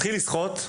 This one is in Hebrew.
מתחיל לשחות,